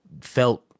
felt